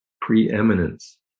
preeminence